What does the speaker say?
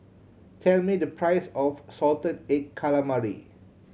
tell me the price of salted egg calamari